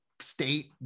state